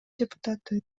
депутаты